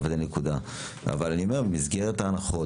במסגרת ההנחות,